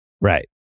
Right